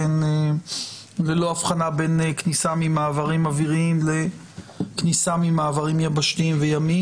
ללא אבחנה בין כניסה ממעברים אוויריים לכניסה ממעברים יבשתיים וימיים.